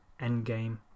Endgame